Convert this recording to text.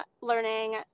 learning